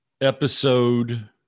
Episode